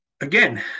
Again